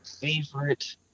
Favorite